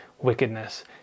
wickedness